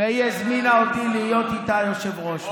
והיא הזמינה אותי להיות איתה היושב-ראש.